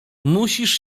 musisz